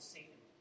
Satan